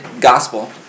gospel